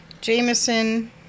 Jameson